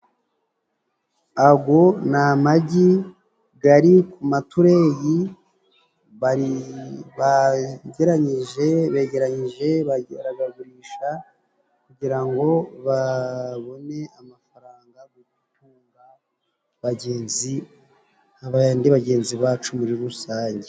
Ago ni amagi gari ku matureyi bari bageranyije begeranyije. Bagurisha kugira ngo babone amafaranga bagenzi bagenzi bacu muri rusange.